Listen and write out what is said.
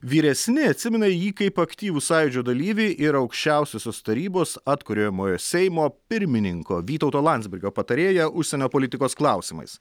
vyresni atsimena jį kaip aktyvų sąjūdžio dalyvį ir aukščiausiosios tarybos atkuriamojo seimo pirmininko vytauto landsbergio patarėją užsienio politikos klausimais